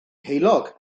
heulog